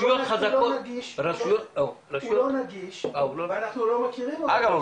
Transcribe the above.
לא נגיש ואנחנו לא מכירים אותו --- אגב,